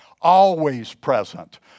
always-present